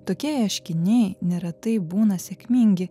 tokie ieškiniai neretai būna sėkmingi